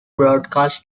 broadcast